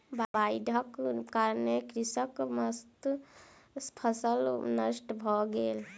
बाइढ़क कारणेँ कृषकक समस्त फसिल नष्ट भ गेल